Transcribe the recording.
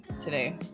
today